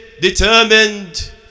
determined